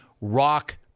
rock